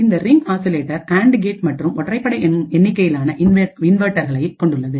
இந்த ring oscillator and gate மற்றும் ஒற்றைப்படை எண்ணிக்கையிலான இன்வெர்ட்டர் கலை கொண்டுள்ளது